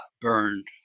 burned